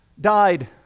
died